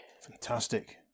Fantastic